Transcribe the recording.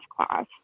class